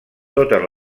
totes